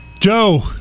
Joe